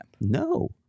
No